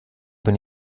bin